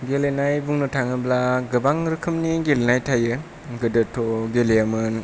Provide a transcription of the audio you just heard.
गेलेनाय बुंनो थाङोब्ला गोबां रोखोमनि गेलेनाय थायो गोदोथ' गेलेयोमोन